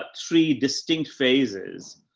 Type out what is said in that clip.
ah three distinct phases.